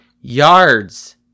yards